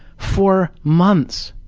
for months.